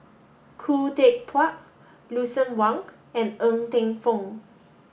Khoo Teck Puat Lucien Wang and Ng Teng Fong